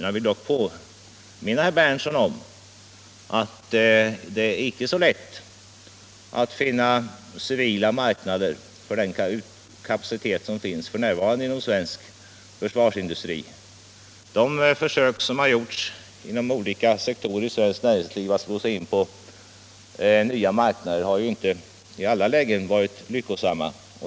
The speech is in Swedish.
Jag vill dock påminna herr Berndtson om att det inte är så lätt att finna civila marknader för den kapacitet som finns f. n. inom svensk försvarsindustri. De försök som har gjorts inom olika sektorer av svenskt näringsliv att slå in på nya marknader har inte i alla lägen varit lyckosamma.